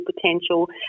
potential